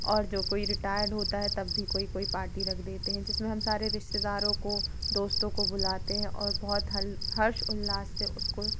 और जो कोई रिटाइर होता है तब भी कोई कोई पार्टी रख देते हैं जिसमें हम सारे रिश्तेदारों को दोस्तों को बुलाते हैं और बहुत हर्ष उल्लास से उसको